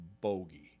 bogey